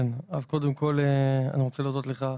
אז קודם כל, אני רוצה להודות לך,